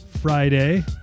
Friday